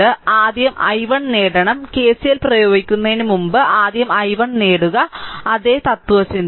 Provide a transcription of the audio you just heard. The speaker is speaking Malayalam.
അതിനാൽ ആദ്യം i1 നേടണം KCL പ്രയോഗിക്കുന്നതിന് മുമ്പ് ആദ്യം i1 നേടുക അതേ തത്ത്വചിന്ത